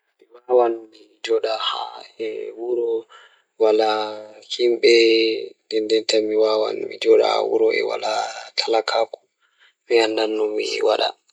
Mi wawan mi jooɗa haa wuro Ko ndee, nde njippu ɗum njippu o waɗataa njiddaade ngal rewɓe ngal e waɗude ngal hakillo ngal yimɓe fow. O waawataa waɗude nguurndam ngal jammaaji ngal yimɓe e waɗude ngal ɗannde ngal leydi ngam rewɓe ngal njamaaji ngal waɗa waɗude.